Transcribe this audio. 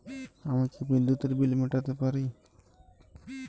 আমি কি বিদ্যুতের বিল মেটাতে পারি?